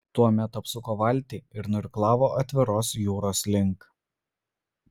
tuomet apsuko valtį ir nuirklavo atviros jūros link